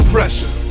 Pressure